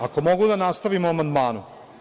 Ako mogu da nastavim o amandmanu.